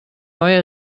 neue